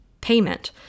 payment